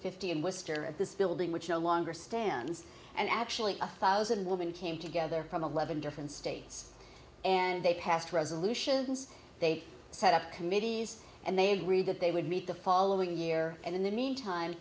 fifty in wister at this building which no longer stands and actually a thousand women came together from eleven different states and they passed resolutions they set up committees and they agreed that they would meet the following year and in the meantime